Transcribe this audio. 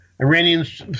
Iranians